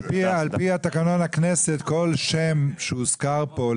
על פי תקנון הכנסת כל שם שהוזכר פה,